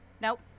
Nope